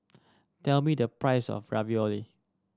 tell me the price of Ravioli